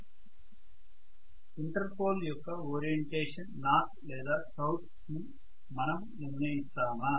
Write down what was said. విద్యార్థి ఇంటర్ పోల్ యొక్క ఓరియెంటేషన్N లేదా Sని మనం నిర్ణయిస్తామా